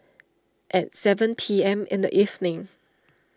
at seven P M in the evening